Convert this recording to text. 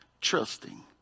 Trusting